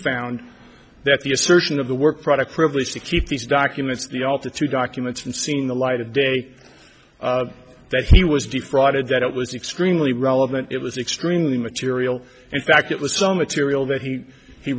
found that the assertion of the work product privilege to keep these documents the all the two documents and seeing the light of day that he was defrauded that it was extremely relevant it was extremely material in fact it was so material that he he